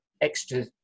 extra